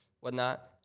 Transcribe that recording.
whatnot